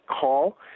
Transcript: call